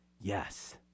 yes